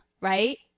right